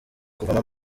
kuvamo